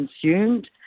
consumed